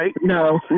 no